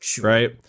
right